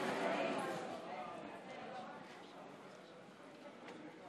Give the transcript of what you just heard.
חברת הכנסת דיסטל,